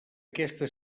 aquesta